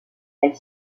elle